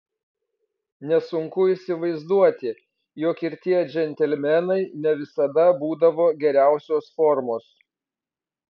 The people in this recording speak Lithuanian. nesunku įsivaizduoti jog ir tie džentelmenai ne visada būdavo geriausios formos